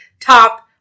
top